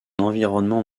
environnement